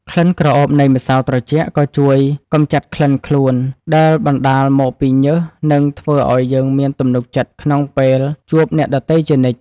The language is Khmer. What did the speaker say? ក្លិនក្រអូបនៃម្សៅត្រជាក់ក៏ជួយកម្ចាត់ក្លិនខ្លួនដែលបណ្ដាលមកពីញើសនិងធ្វើឱ្យយើងមានទំនុកចិត្តក្នុងពេលជួបអ្នកដទៃជានិច្ច។